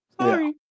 Sorry